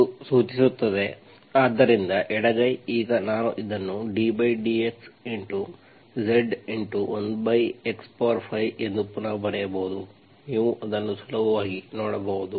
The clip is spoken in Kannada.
ಇದು ಸೂಚಿಸುತ್ತದೆ ಆದ್ದರಿಂದ ಎಡಗೈ ಈಗ ನಾನು ಇದನ್ನು ddxZ 1x5 ಎಂದು ಪುನಃ ಬರೆಯಬಹುದು ನೀವು ಅದನ್ನು ಸುಲಭವಾಗಿ ನೋಡಬಹುದು